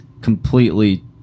completely